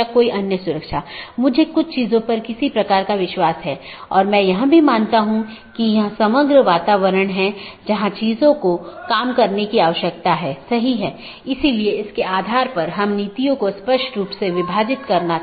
एक AS traffic की निश्चित श्रेणी के लिए एक विशेष AS पाथ का उपयोग करने के लिए ट्रैफिक को अनुकूलित कर